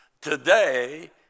Today